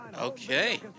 Okay